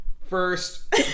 First